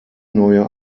neue